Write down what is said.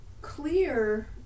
clear